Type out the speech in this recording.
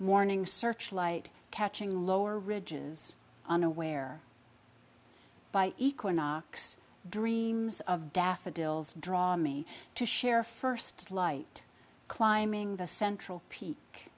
morning searchlight catching lower ridges unaware by equinox dreams of daffodils draw me to share first light climbing the central peak